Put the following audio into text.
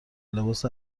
لباس